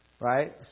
Right